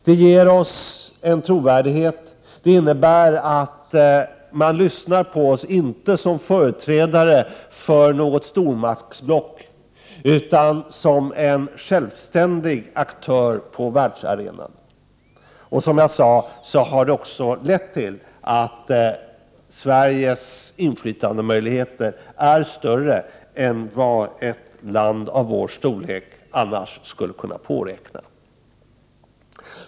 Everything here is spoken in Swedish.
Den ger en trovärdighet som innebär att man lyssnar på oss, inte som företrädare för något stormaktsblock utan som en självständig aktör på världsarenan. Som jag sade har detta också lett till att Sveriges inflytandemöjligheter är större än vad ett land av dess storlek annars skulle kunna påräkna.